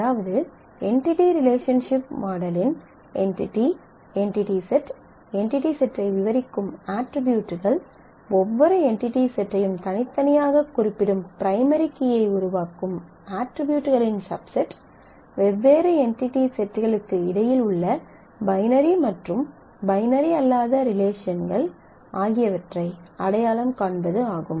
அதாவது entity relationship மாடலின் entity entity set entity செட்டை விவரிக்கும் அட்ரிபியூட்கள் ஒவ்வொரு என்டிடி செட்டையும் தனித்தனியாக குறிப்பிடும் பிரைமரி கீயை உருவாக்கும் அட்ரிபியூட்களின் சப்செட் வெவ்வேறு என்டிடி செட்களுக்கு இடையில் உள்ள பைனரி மற்றும் பைனரி அல்லாத ரிலேஷன்கள் ஆகியவற்றை அடையாளம் காண்பது ஆகும்